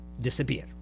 disappear